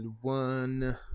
One